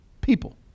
People